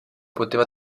poteva